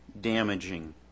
damaging